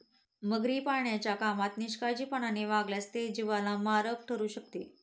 मगरी पाळण्याच्या कामात निष्काळजीपणाने वागल्यास ते जीवाला मारक ठरू शकते